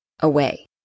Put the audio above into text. Away